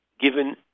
given